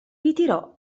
ritirò